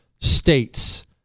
states